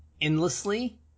endlessly